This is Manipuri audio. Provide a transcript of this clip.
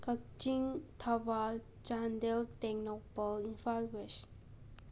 ꯀꯛꯆꯤꯡ ꯊꯧꯕꯥꯜ ꯆꯥꯟꯗꯦꯜ ꯇꯦꯡꯅꯧꯄꯜ ꯏꯝꯐꯥꯜ ꯋꯦꯁꯠ